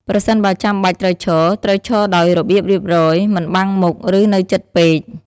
ប្រសិនបើចាំបាច់ត្រូវឈរ ត្រូវឈរដោយរបៀបរៀបរយ មិនបាំងមុខ ឬនៅជិតពេក។